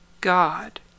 God